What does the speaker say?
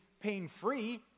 pain-free